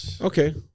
okay